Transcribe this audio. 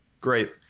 Great